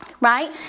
right